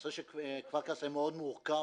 הנושא של כפר קאסם מאוד מורכב,